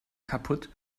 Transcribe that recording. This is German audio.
kaputt